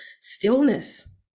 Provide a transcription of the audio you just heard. stillness